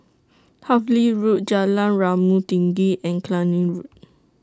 Harvey Road Jalan Rumah Tinggi and Cluny Road